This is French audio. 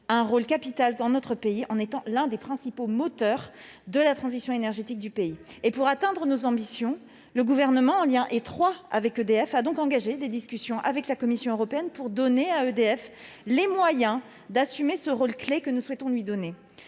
un rôle capital dans notre pays, en étant l'un des principaux moteurs de sa transition énergétique. Pour réaliser nos ambitions, le Gouvernement, en lien étroit avec EDF, a donc engagé des discussions avec la Commission européenne afin de donner à cette entreprise les moyens d'assumer le rôle clé que nous souhaitons lui conférer.